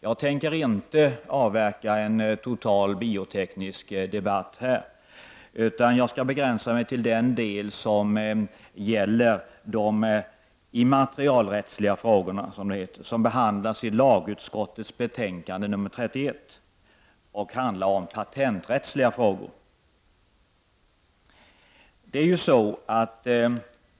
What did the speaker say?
Jag tänker inte avverka en total bioteknisk debatt här, utan jag skall begränsa mig till den del som gäller de immaterialrättsliga frågorna, som det heter, som behandlas i lagutskottets betänkande 31 och handlar om patenträttsliga frågor.